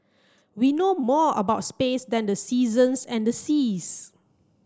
we know more about space than the seasons and the seas